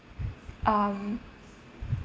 um